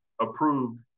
approved